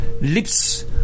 lips